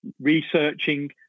researching